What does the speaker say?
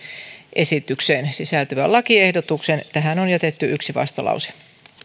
esitykseen sisältyvän lakiehdotuksen tähän on jätetty yksi vastalause